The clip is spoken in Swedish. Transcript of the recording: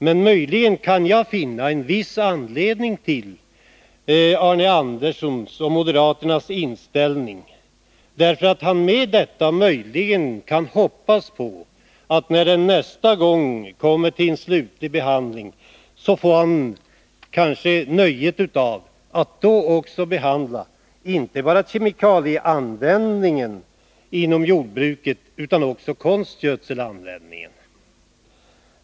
Möjligen kan jag finna viss anledning till Arne Anderssons och moderaternas inställning. Med detta agerande kan han möjligen hoppas på att han, när denna fråga nästa gång kommer upp till slutgiltig behandling, skall få nöjet att inte bara behandla kemikalieanvändningen inom jordbruket, utan också konstgödselanvändningen.